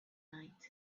night